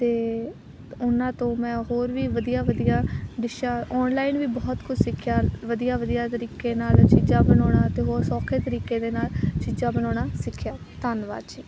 ਅਤੇ ਉਹਨਾਂ ਤੋਂ ਮੈਂ ਹੋਰ ਵੀ ਵਧੀਆ ਵਧੀਆ ਡਿੱਸ਼ਾਂ ਔਨਲਾਈਨ ਵੀ ਬਹੁਤ ਕੁਝ ਸਿੱਖਿਆ ਵਧੀਆ ਵਧੀਆ ਤਰੀਕੇ ਨਾਲ ਚੀਜ਼ਾਂ ਬਣਾਉਣਾ ਅਤੇ ਹੋਰ ਸੌਖੇ ਤਰੀਕੇ ਦੇ ਨਾਲ ਚੀਜ਼ਾਂ ਬਣਾਉਣਾ ਸਿੱਖਿਆ ਧੰਨਵਾਦ ਜੀ